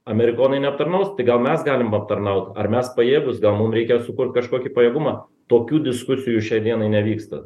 amerikonai neaptarnaus tai gal mes galim aptarnaut ar mes pajėgūs gal mum reikia sukurt kažkokį pajėgumą tokių diskusijų šiai dienai nevyksta